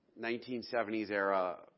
1970s-era